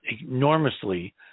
enormously